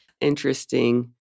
Interesting